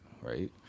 right